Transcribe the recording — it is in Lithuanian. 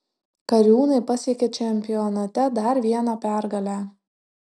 kariūnai pasiekė čempionate dar vieną pergalę